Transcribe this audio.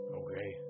okay